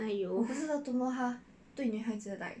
!aiyo!